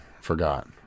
forgot